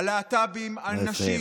הלהט"בים, תודה רבה.